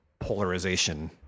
polarization